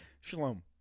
Shalom